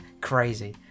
crazy